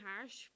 harsh